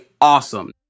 awesome